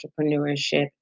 entrepreneurship